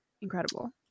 incredible